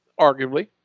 Arguably